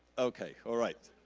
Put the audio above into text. okay, alright,